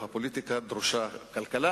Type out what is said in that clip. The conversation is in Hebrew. הממשלה אישרה את הגדלת ההרשאה להתחייב,